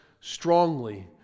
strongly